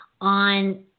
on